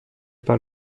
par